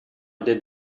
did